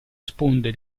sponde